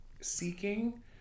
seeking